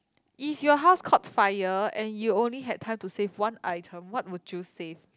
if your house caught fire and you only had time to save one item what would you save